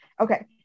Okay